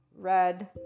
red